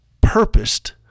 purposed